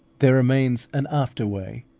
there remains an after way,